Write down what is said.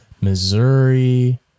Missouri